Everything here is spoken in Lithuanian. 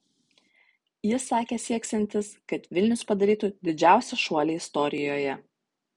jis sakė sieksiantis kad vilnius padarytų didžiausią šuolį istorijoje